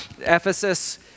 Ephesus